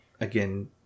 again